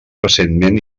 recentment